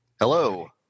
Hello